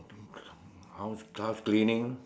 house house cleaning